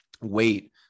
weight